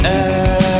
air